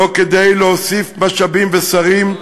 לא כדי להוסיף משאבים ושרים,